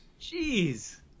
Jeez